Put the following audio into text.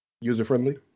user-friendly